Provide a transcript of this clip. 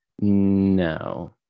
No